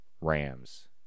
Rams